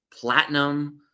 platinum